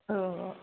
औ औ